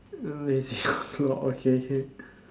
lol okay can